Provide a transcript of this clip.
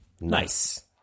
Nice